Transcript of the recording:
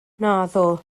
naddo